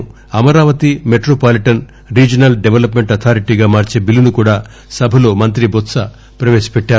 ను Amaravati metropolitan regional development అధారిటీగా మార్చే బిల్లును కూడా సభలో మంత్రి టొత్ప ప్రవేశపెట్టారు